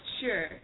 Sure